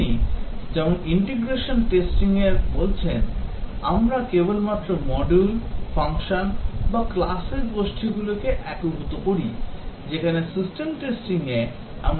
আপনি যেমন ইন্টিগ্রেশন টেস্টিংয়ে বলছেন আমরা কেবলমাত্র মডিউল ফাংশন বা ক্লাসের গোষ্ঠীগুলিকে একীভূত করি যেখানে সিস্টেম টেস্টিং এ আমরা পুরো সিস্টেমটি পরীক্ষা করি